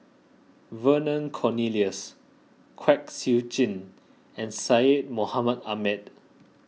Vernon Cornelius Kwek Siew Jin and Syed Mohamed Ahmed